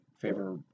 favor